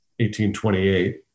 1828